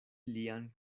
lian